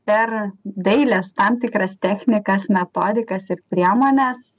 per dailės tam tikras technikas metodikas ir priemones